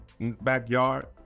backyard